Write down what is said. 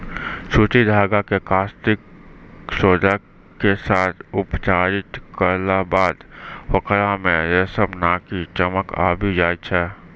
सूती धागा कॅ कास्टिक सोडा के साथॅ उपचारित करला बाद होकरा मॅ रेशम नाकी चमक आबी जाय छै